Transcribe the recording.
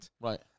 Right